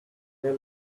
led